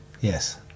Yes